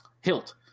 hilt